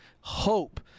Hope